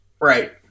Right